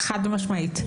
חד משמעית.